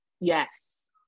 yes